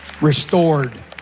restored